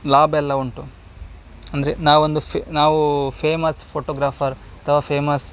ಲಾಭ ಎಲ್ಲ ಉಂಟು ಅಂದರೆ ನಾವೊಂದು ಫೇ ನಾವು ಫೇಮಸ್ ಫೋಟೋಗ್ರಾಫರ್ ಅಥವಾ ಫೇಮಸ್